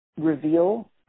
reveal